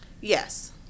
yes